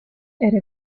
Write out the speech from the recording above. era